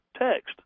text